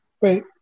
Wait